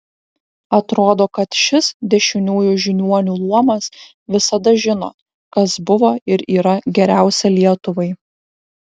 atrodo kad šis dešiniųjų žiniuonių luomas visada žino kas buvo ir yra geriausia lietuvai